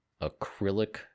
acrylic